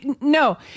no